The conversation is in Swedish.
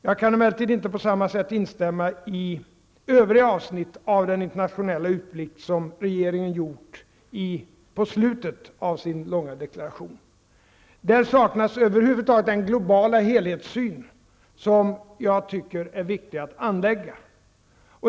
Jag kan emellertid inte på samma sätt instämma i övriga avsnitt av den internationella utblick som regeringen gör i slutet av sin långa deklaration. Där saknas den globala helhetssyn som jag anser är viktig att anlägga.